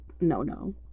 no-no